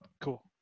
Cool